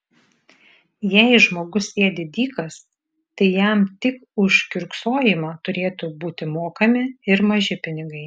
jei žmogus sėdi dykas tai jam tik už kiurksojimą turėtų būti mokami ir maži pinigai